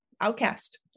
outcast